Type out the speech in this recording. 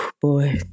boy